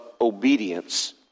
obedience